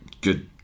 Good